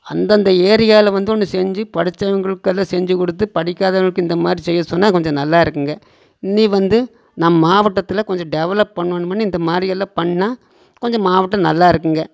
அந்தந்த ஏரியாவில் வந்து ஒன்று செஞ்சுப் படித்தவங்களுக்கு அதைச் செஞ்சுக் கொடுத்துப் படிக்காதவங்களுக்கு இந்தமாதிரி செய்யச் சொன்னால் கொஞ்சம் நல்லாயிருக்குங்க இனி வந்து நம்ம மாவட்டத்தில் கொஞ்சம் டெவலப் பண்ணணுமுன்னு இந்தமாதிரியெல்லாம் பண்ணால் கொஞ்சம் மாவட்டம் நல்லாயிருக்குங்க